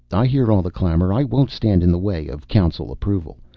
i hear all the clamor. i won't stand in the way of council approval.